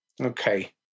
Okay